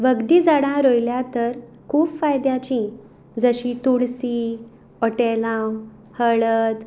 वखदीं झाडां रोयल्या तर खूब फायद्याचीं जशीं तुळसी वट्टेलांव हळद